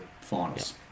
finals